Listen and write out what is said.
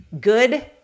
good